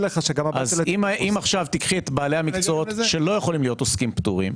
אם עכשיו תיקחי את בעלי המקצועות שלא יכולים להיות עוסקים פטורים,